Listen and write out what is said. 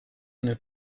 une